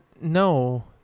No